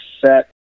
set